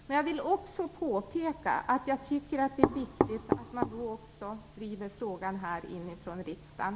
Men jag vill påpeka att jag tycker att det är viktigt att man också driver frågan härifrån riksdagen.